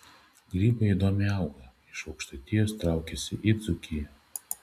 grybai įdomiai auga iš aukštaitijos traukiasi į dzūkiją